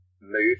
move